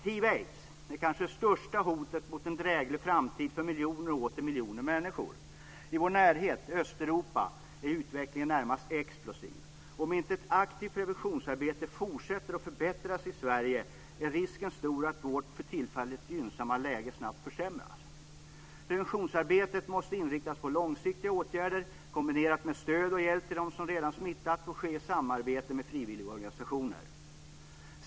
Hiv/aids är det kanske största hotet mot en dräglig framtid för miljoner och åter miljoner människor. I vår närhet - Östeuropa - är utvecklingen närmast explosiv. Om inte ett aktivt preventionsarbete fortsätter och förbättras i Sverige är risken stor att vårt för tillfället gynnsamma läge snabbt försämras. Preventionsarbetet måste inriktas på långsiktiga åtgärder, kombinerade med stöd och hjälp till dem som redan smittats och ske i samarbete med frivilligorganisationer.